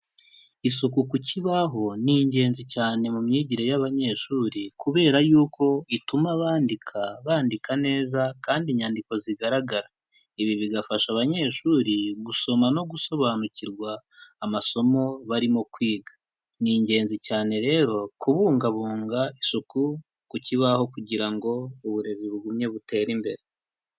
Isuku ku kibaho ni ingenzi cyane mu myigire y'abanyeshuri, kubera y'uko ituma abandika bandika neza kandi inyandiko zigaragara. Ibi bigafasha abanyeshuri gusoma no gusobanukirwa amasomo barimo kwiga. Ni ingenzi cyane rero kubungabunga isuku ku kibaho kugira ngo uburezi bugumye butere imbere.